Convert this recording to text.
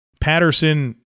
Patterson